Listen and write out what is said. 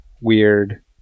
weird